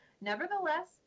Nevertheless